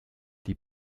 die